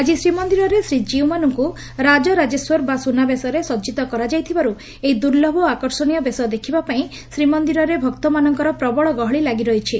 ଆକି ଶ୍ରୀମନ୍ଦିରରେ ଶ୍ରୀଜୀଉମାନଙ୍ଙୁ ରାଜରାଜେଶ୍ୱର ବା ସୁନାବେଶରେ ସଜିତ କରାଯାଇଥିବାରୁ ଏହି ଦୁର୍ଲଭ ଓ ଆକର୍ଷଣୀୟ ବେଶ ଦେଖିବା ପାଇଁ ଶ୍ରୀମନ୍ଦିରରେ ଭକ୍ତମାନଙ୍କର ପ୍ରବଳ ଗହଳି ଲାଗିରହିଛି